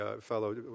fellow